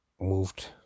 moved